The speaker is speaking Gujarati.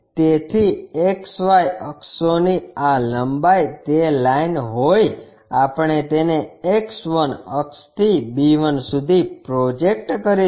તેથી XY અક્ષોની આ લંબાઈ તે લાઈન હોઈ આપણે તેને X 1 અક્ષથી અહીં b 1 સુધી પ્રોજેક્ટ કરીશું